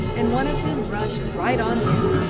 and one of them rushed right on him.